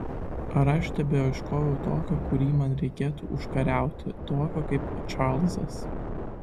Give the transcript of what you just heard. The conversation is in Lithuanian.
ar aš tebeieškau tokio kurį man reikėtų užkariauti tokio kaip čarlzas